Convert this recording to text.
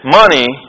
money